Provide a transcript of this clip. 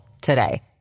today